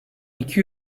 iki